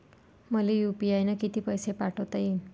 मले यू.पी.आय न किती पैसा पाठवता येईन?